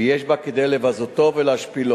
ויש בה כדי לבזותו ולהשפילו.